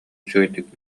үчүгэйдик